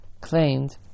claimed